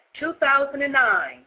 2009